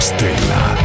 Stella